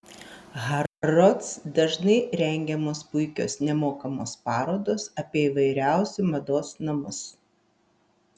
harrods dažnai rengiamos puikios nemokamos parodos apie įvairiausiu mados namus